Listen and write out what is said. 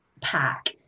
pack